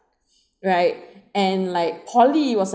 right and like poly it was like